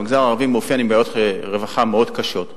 והמגזר הערבי מתאפיין בבעיות רווחה מאוד קשות,